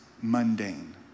mundane